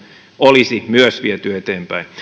olisi viety eteenpäin